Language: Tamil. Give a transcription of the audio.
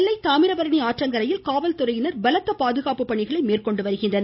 நெல்லை தாமிரபரணி ஆற்றங்கரையில் காவல்துறையினர் பலத்த பாதுகாப்பு பணிகளை மேற்கொண்டுள்ளனர்